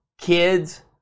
kids